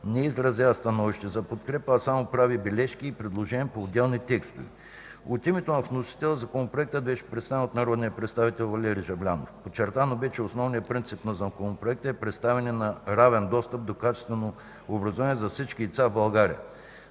не изразява становище за подкрепа, а само прави бележки и предложения по отделните текстове. От името на вносителите Законопроектът беше представен от народния представител Валери Жаблянов. Подчертано бе, че основният принцип на Законопроекта е предоставяне на равен достъп до качествено образование за всички деца в България.